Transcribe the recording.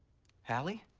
hallie?